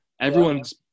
Everyone's